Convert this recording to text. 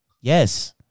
Yes